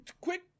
quick